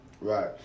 Right